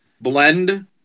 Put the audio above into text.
blend